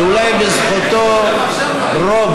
שאולי בזכותו יש רוב,